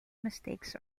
mistakes